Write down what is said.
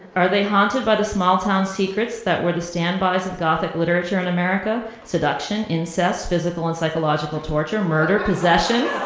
are they haunted by the small town secrets that were the standbys of gothic literature in america, seduction, incest, physical and psychological torture, murder, possession?